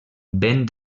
ben